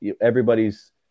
everybody's